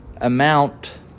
amount